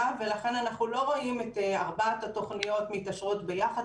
ולכן אנחנו לא רואים את ארבעת התוכניות מתאשרות ביחד.